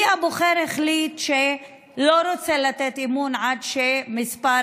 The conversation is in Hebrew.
כי הבוחר החליט שהוא לא רוצה לתת אמון כך שמספר,